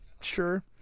sure